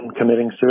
committing